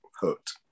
hooked